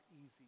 easy